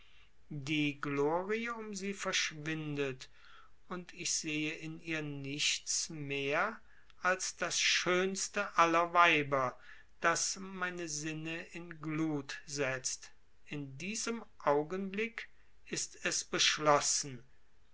die glorie um sie verschwindet und ich sehe in ihr nichts mehr als das schönste aller weiber das meine sinne in glut setzt in diesem augenblick ist es beschlossen